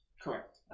Correct